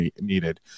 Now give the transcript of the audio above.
needed